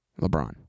LeBron